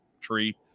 tree